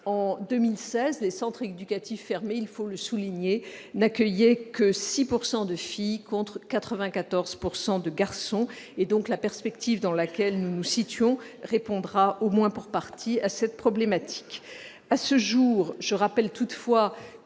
En 2016, les centres éducatifs fermés, il faut le souligner, n'accueillaient que 6 % de filles, contre donc 94 % de garçons. La perspective dans laquelle nous nous situons répondra au moins pour partie à cette problématique.